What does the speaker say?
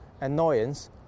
annoyance